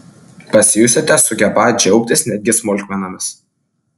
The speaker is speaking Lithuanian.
pasijusite sugebą džiaugtis netgi smulkmenomis